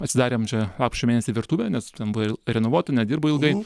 atsidarėm čia lapkričio mėnesį virtuvę nes ten buvo renovuota nedirbo ilgai